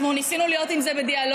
אנחנו ניסינו להיות עם זה בדיאלוג,